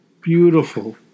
beautiful